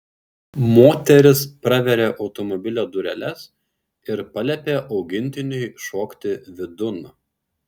moteris praveria automobilio dureles ir paliepia augintiniui šokti vidun